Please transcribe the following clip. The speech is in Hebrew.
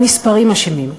המספרים אשמים.